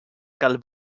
cal